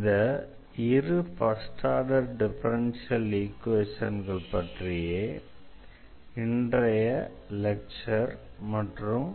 இந்த இரு first order differential ஈக்வேஷன்கள் பற்றியே இன்றைய லெக்சர் மற்றும்